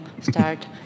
start